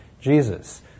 Jesus